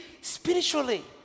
spiritually